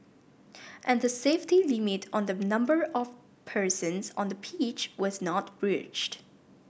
and the safety limit on the number of persons on the pitch was not breached